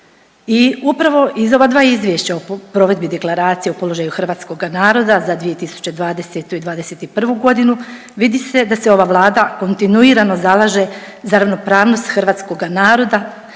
I upravo iz ova dva izvješća o provedbi Deklaracije o položaju hrvatskog naroda za 2020. i '21.g. vidi se da se ova vlada kontinuirano zalaže za ravnopravnost hrvatskoga naroda